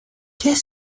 qu’est